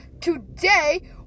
Today